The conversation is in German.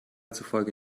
zufolge